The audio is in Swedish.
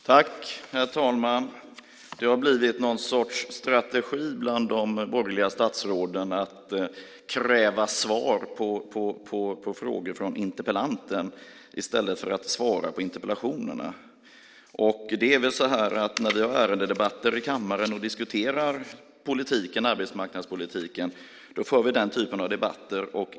Herr talman! Det har blivit någon sorts strategi bland de borgerliga statsråden att kräva svar på frågor från interpellanten i stället för att svara på interpellationerna. Det är väl så här att när vi har ärendedebatter i kammaren och diskuterar politiken, till exempel arbetsmarknadspolitiken, för vi den typen av debatter.